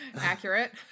accurate